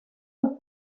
los